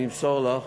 אני אמסור לך,